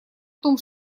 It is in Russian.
том